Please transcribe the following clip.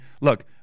Look